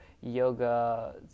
yoga